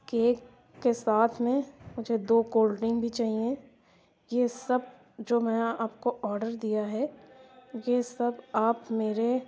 cake کے ساتھ میں مجھے دو کولڈ ڈرنک بھی چاہئیں یہ سب جو میں نے آپ کو آڈر دیا ہے یہ سب آپ میرے